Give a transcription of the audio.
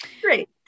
Great